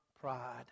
pride